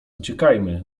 uciekajmy